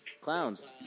Clowns